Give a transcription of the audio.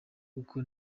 kuko